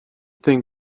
think